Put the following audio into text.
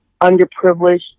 underprivileged